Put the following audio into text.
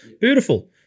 beautiful